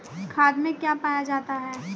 खाद में क्या पाया जाता है?